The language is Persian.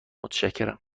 متشکرم